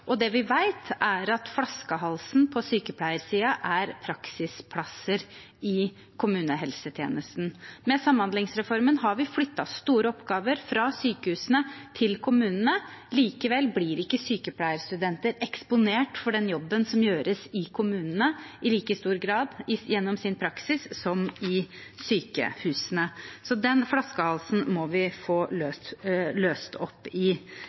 og det vi vet, er at flaskehalsen på sykepleiersiden er praksisplasser i kommunehelsetjenesten. Med samhandlingsreformen har vi flyttet store oppgaver fra sykehusene til kommunene. Likevel blir ikke sykepleierstudenter eksponert for den jobben som gjøres i kommunene, i like stor grad gjennom sin praksis som i sykehusene, så den flaskehalsen må vi få løst opp i.